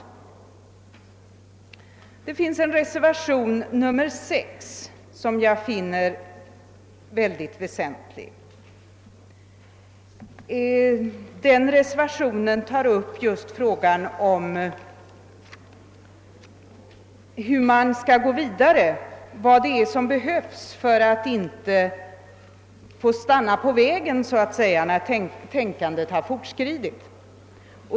Det finns en reservation, nr 6, som jag finner väsentlig. Den tar upp just frågan om hur man skall gå vidare, vad som behövs för att man inte skall stanna på vägen när tänkandet har fortskridit.